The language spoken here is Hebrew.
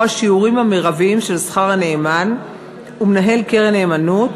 השיעורים המרביים של שכר הנאמן ומנהל קרן נאמנות,